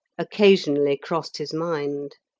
occasionally crossed his mind.